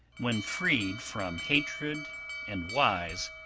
when freed from hatred and wise,